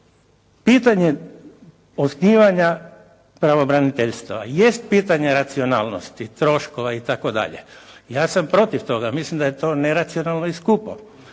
Pitanje osnivanja pravobraniteljstva jest pitanje racionalnosti, troškova itd. Ja sam protiv toga. Mislim da je to neracionalno i skupa.